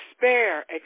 despair